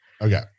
Okay